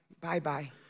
bye-bye